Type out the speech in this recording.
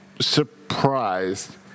surprised